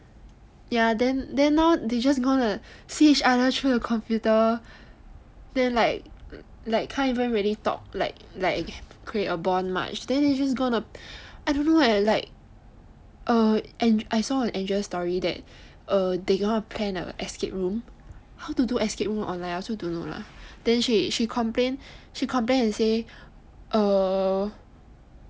ya then then now they just going to see each other through the computer then like like can't even really talk like create a bond much then it feel like I don't know err and I saw on andrea's story that err they going to plan a escape room how to do escape room online I also don't know lah then she complain and say err